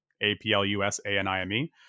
A-P-L-U-S-A-N-I-M-E